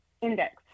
Index